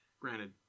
granted